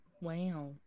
Wow